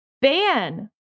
ban